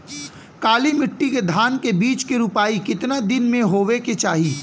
काली मिट्टी के धान के बिज के रूपाई कितना दिन मे होवे के चाही?